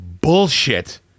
bullshit